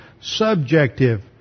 subjective